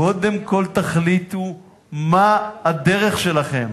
קודם כול תחליטו מה הדרך שלכם.